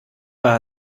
war